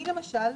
אני למשל,